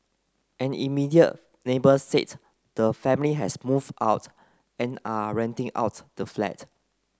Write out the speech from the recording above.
an immediate neighbour said the family has moved out and are renting out the flat